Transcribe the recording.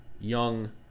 young